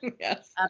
yes